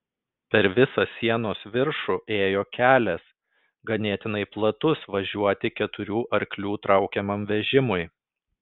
per visą sienos viršų ėjo kelias ganėtinai platus važiuoti keturių arklių traukiamam vežimui